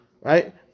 right